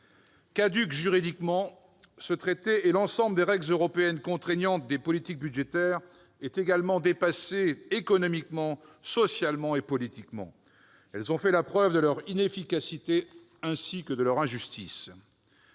Caduc juridiquement, ce traité, ainsi que l'ensemble des règles européennes contraignantes des politiques budgétaires, est également dépassé économiquement, socialement et politiquement. Ils ont fait la preuve de leur inefficacité ainsi que de leur injustice.